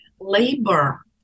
labor